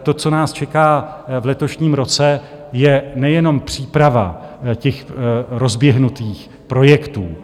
To, co nás čeká v letošním roce, je nejenom příprava těch rozběhnutých projektů.